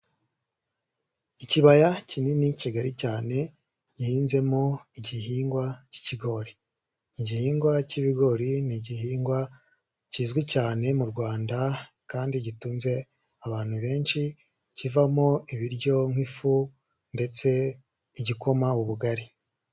Ikibaya kinini kigali cyane, gihinzemo igihingwa cy'ikigori, igihingwa cy'ibigori ni igihingwa kizwi cyane mu Rwanda kandi gitunze abantu benshi, kivamo ibiryo nk'ifu ndetse igikoma, ubugari.